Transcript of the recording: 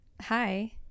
Hi